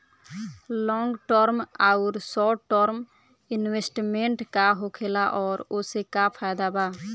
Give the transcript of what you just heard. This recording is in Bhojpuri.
लॉन्ग टर्म आउर शॉर्ट टर्म इन्वेस्टमेंट का होखेला और ओसे का फायदा बा?